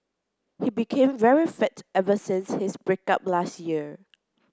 he became very fit ever since his break up last year